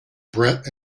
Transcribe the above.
brett